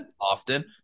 often